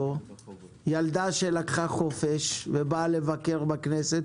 ילדה שלקחה חופש ובאה לבקר בכנסת.